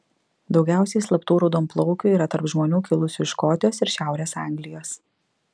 daugiausiai slaptų raudonplaukių yra tarp žmonių kilusių iš škotijos ir šiaurės anglijos